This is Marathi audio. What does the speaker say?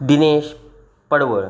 दिनेश पडवळ